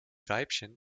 weibchen